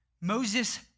Moses